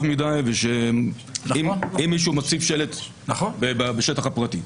מדי ושמדברים על מישהו שמציב שלט בשטח הפרטי.